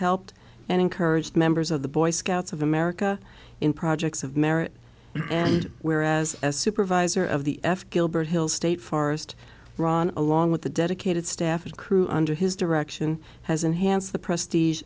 helped and encouraged members of the boy scouts of america in projects of merit and where as a supervisor of the f gilbert hills state forest run along with the dedicated staff and crew under his direction has enhanced the prestige